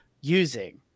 using